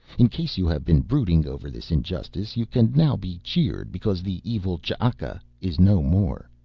in case you have been brooding over this injustice you can now be cheered because the evil ch'aka is no more.